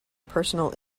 personal